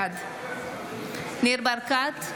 בעד ניר ברקת,